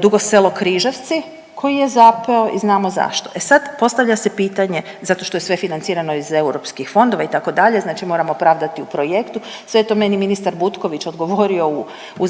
Dugo Selo – Križevci koji je zapeo i znamo zašto. E sad postavlja se pitanje zato što je sve financirano iz europskih fondova itd., znači moramo pravdati u projektu, sve je to meni ministar Butković odgovorio u zastupničkom